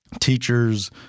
teachers